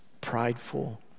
prideful